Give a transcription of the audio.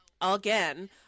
again